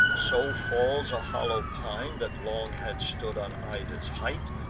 so falls a hollow pine, that long had stood on ida's height,